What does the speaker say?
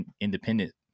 independent